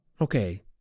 Okay